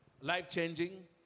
life-changing